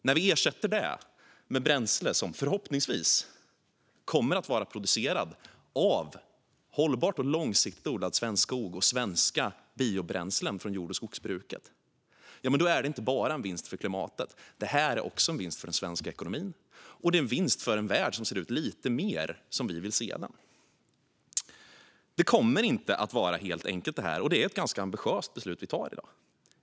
När vi ersätter det fossila med svenska biobränslen som förhoppningsvis kommer att vara producerat av hållbart och långsiktigt odlad svensk skog är det alltså inte bara en vinst för klimatet utan också en vinst för den svenska ekonomin och en vinst för en värld som ser ut lite mer som vi vill se den. Det här kommer inte att vara helt enkelt. Det är ett ganska ambitiöst beslut som vi tar i dag.